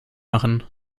machen